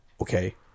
Okay